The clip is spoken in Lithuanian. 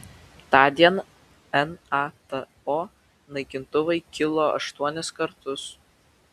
tądien nato naikintuvai kilo aštuonis kartus